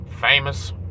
famous